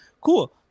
Cool